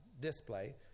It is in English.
display